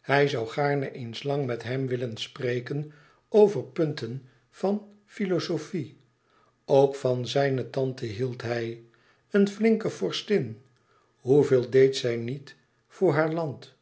hij zoû gaarne eens lang met hem hebben willen spreken over punten van filozofie ook van zijne tante hield hij een flinke vorstin hoeveel deed zij niet voor haar land